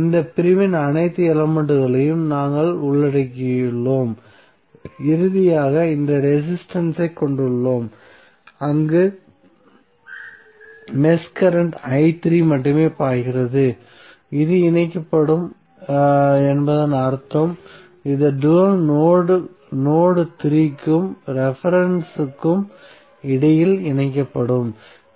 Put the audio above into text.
இந்த பிரிவின் அனைத்து எலமெண்ட்களையும் நாங்கள் உள்ளடக்கியுள்ளோம் இறுதியாக இந்த ரெசிஸ்டன்ஸ் ஐக் கொண்டுள்ளோம் அங்கு மெஷ் கரண்ட் i3 மட்டுமே பாய்கிறது இது இணைக்கப்படும் என்பதன் அர்த்தம் இதன் டூயல் நோட் 3 க்கும் ரெபரென்ஸ் க்கும் இடையில் இணைக்கப்படும்